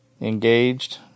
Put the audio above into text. engaged